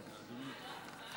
לא הצבעה קודם?